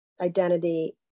identity